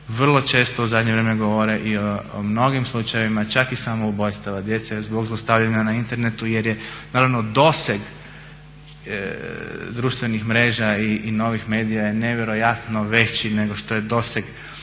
vrlo često u zadnje vrijeme govore i o mnogim slučajevima, čak i samoubojstava djece zbog zlostavljanja na internetu jer je naravno doseg društvenih mreža i novih medija je nevjerojatno veći nego što je doseg